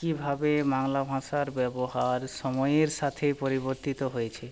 কীভাবে বাংলা ভাষার ব্যবহার সময়ের সাথে পরিবর্তিত হয়েছে